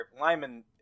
Lyman